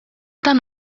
dan